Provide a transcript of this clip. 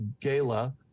Gala